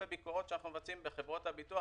בביקורות שאנחנו מבצעים בחברות הביטוח.